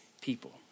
people